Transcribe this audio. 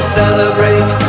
celebrate